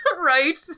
Right